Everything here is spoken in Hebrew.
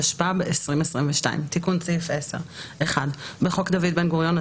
התשפ"ב 2022 תיקון סעיף 10 1. בחוק דוד בן-גוריון,